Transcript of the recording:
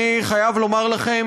אני חייב לומר לכם,